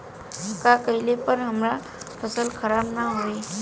का कइला पर हमार फसल खराब ना होयी?